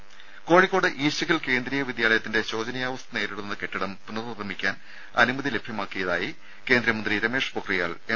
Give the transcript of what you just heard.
രുമ കോഴിക്കോട് ഈസ്റ്റ്ഹിൽ കേന്ദ്രീയ വിദ്യാലയത്തിന്റെ ശോചനീയാവസ്ഥ നേരിടുന്ന കെട്ടിടം പുനർ നിർമ്മിക്കാൻ അനുമതി ലഭ്യമാക്കിയതായി കേന്ദ്രമന്ത്രി രമേഷ് പൊക്രിയാൽ എം